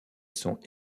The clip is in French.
sont